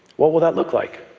what will that look like?